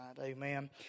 Amen